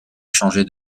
changé